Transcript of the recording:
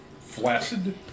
Flaccid